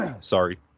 sorry